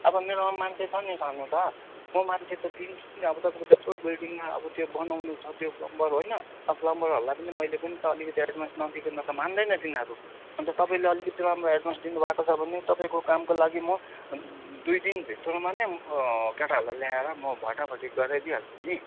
अब मेरोमा मान्छे छ नि छनु त म मान्छे त दिन्छु नि अब तपाईँको त्यत्रो बिल्डिङमा अब त्यो बनाउनु छ त्यो प्लम्बर होइन अब प्लम्बरहरूलाई मैले पनि त अलिकति एड्भान्स नदिकन त मान्दैन तिनीहरू अन्त तपाईँले अलिकति राम्रो एड्भान्स दिनुभएको छ भने तपाईँको कामको लागि म दुई दिन भित्रमा नै म केटाहरूलाई ल्याएर म भटाभटी गराइ दिइहाल्छु नि